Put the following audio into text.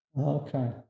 Okay